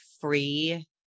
free